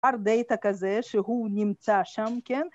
‫hard data כזה שהוא נמצא שם, כן?